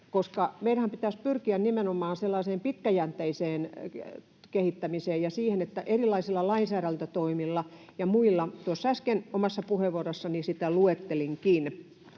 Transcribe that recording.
meidänhän pitäisi pyrkiä nimenomaan pitkäjänteiseen kehittämiseen ja siihen, että erilaisilla lainsäädäntötoimilla ja muilla — tuossa äsken omassa puheenvuorossani niitä luettelinkin,